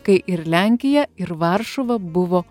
kai ir lenkija ir varšuva buvo